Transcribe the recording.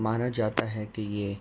مانا جاتا ہے کہ یہ